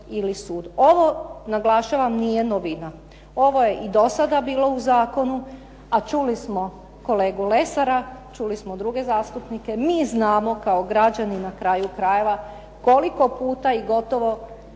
Ovo, naglašavam, nije novina. Ovo je i do sada bilo u zakonu, a čuli smo kolegu Lesara, čuli smo druge zastupnike. Mi znamo kao građani na kraju krajeva koliko puta i gotovo